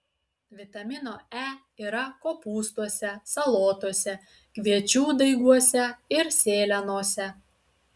vitamino e yra kopūstuose salotose kviečių daiguose ir sėlenose